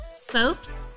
Soaps